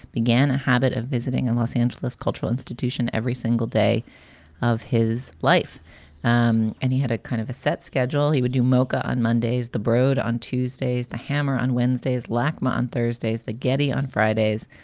began a habit of visiting in los angeles cultural institution every single day of his life um and he had a kind of a set schedule. he would do milkha on mondays, the brood on tuesdays, the hammer on wednesdays, lachmann thursdays, the getty on fridays.